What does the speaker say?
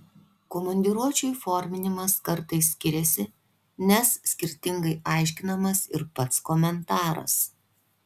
komandiruočių įforminimas kartais skiriasi nes skirtingai aiškinamas ir pats komentaras